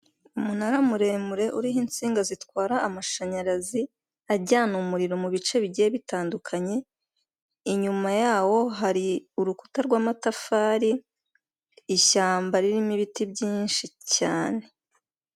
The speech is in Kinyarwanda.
Umunara muremure uriho insinga zitwara amashanyarazi ajyana umuriro mu bice bigiye bitandukanye, inyuma yawo hari urukuta rw'amatafari ishyamba ririmo ibiti byinshi cyane.